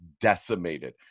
decimated